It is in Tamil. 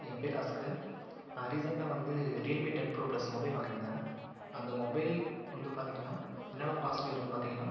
என் பேர் அஸ்கர் நான் ரீசென்ட்டாக வந்து Realme ten pro plus mobile வாங்கிருந்தேன் அந்த மொபைல் வந்து பாத்தீங்கன்னா என்னெல்லாம் பாஸிட்டிவ் இருக்குதுனு பார்த்தீங்கன்னா